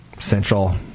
Central